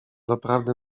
doprawdy